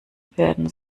werden